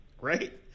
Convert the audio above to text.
right